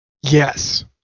Yes